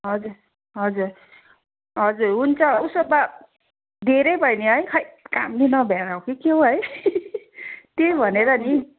हजुर हजुर हजुर हुन्छ उसो भए धेरै भयो नि है खै कामले नभ्याएर हो कि के हो है त्यही भनेर नि